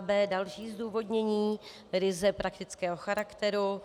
b) Další zdůvodnění ryze praktického charakteru.